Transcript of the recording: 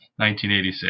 1986